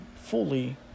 fully